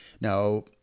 Now